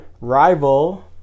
rival